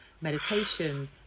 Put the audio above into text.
meditation